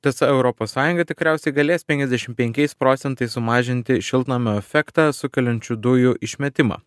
tiesa europos sąjunga tikriausiai galės penkiasdešimt penkiais procentais sumažinti šiltnamio efektą sukeliančių dujų išmetimą